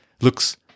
looks